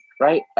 right